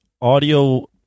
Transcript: audio